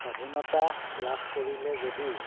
স্বাধীনতা লাভ কৰিলে যদিও